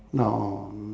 no